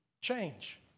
change